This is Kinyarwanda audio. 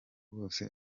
rwose